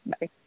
Bye